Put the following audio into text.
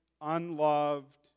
unloved